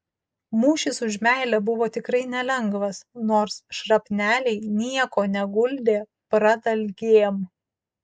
mūšis už meilę buvo tikrai nelengvas nors šrapneliai nieko neguldė pradalgėm